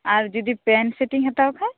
ᱟᱨ ᱡᱩᱫᱤ ᱯᱮᱸᱴ ᱤᱧ ᱦᱟᱛᱟᱣ ᱠᱷᱟᱡ